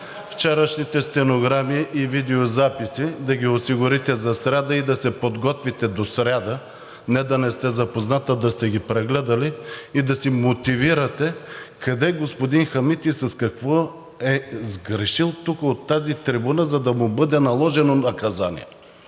вчерашните стенограми и видеозаписи да ги осигурите за сряда и да се подготвите до сряда, не да не сте запознат, а да сте ги прегледали и да се мотивирате къде господин Хамид и с какво е сгрешил тук от тази трибуна, за да му бъде наложено наказание.